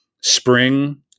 spring